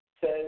says